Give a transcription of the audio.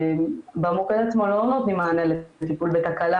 במוקד עצמו לא נותנים מענה לטיפול בתקלה,